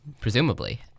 presumably